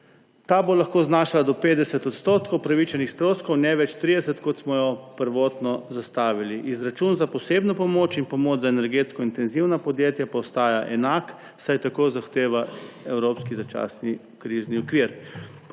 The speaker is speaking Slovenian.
Ta bo lahko znašala do 50 % upravičenih stroškov, ne več 30, kot smo prvotno zastavili. Izračun za posebno pomoč in pomoč za energetsko intenzivna podjetja pa ostaja enak, saj tako zahteva evropski začasni krizni okvir.